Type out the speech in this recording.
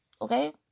okay